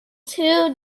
too